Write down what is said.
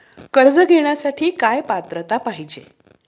कर्ज घेण्यासाठी काय पात्रता पाहिजे?